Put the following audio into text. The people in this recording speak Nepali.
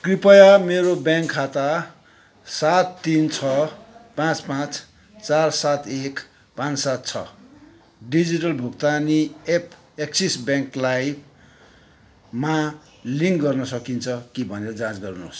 कृपया मेरो ब्याङ्क खाता सात तिन छ पाँच पाँच चार सात एक पाँन सात छ डिजिटल भुक्तानी एप एक्सिस ब्याङ्कलाई मा लिङ्क गर्न सकिन्छ कि भनेर जाँच गर्नुहोस्